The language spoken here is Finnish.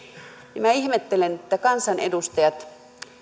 minä ihmettelen että kansanedustajat